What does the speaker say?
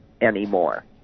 anymore